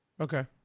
okay